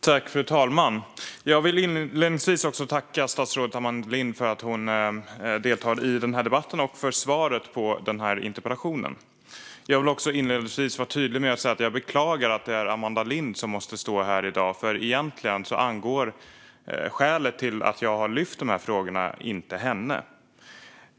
Fru talman! Jag vill inledningsvis tacka statsrådet Amanda Lind för att hon deltar i debatten och för svaret på interpellationen. Jag vill också vara tydlig med att jag beklagar att det är Amanda Lind som måste stå här i dag. Mina skäl till att jag har lyft upp dessa frågor angår egentligen inte henne.